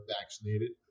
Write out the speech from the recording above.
vaccinated